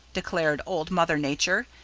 declared old mother nature,